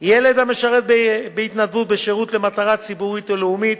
(ילד המשרת בהתנדבות בשירות למטרה ציבורית או לאומית),